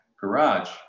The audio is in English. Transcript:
garage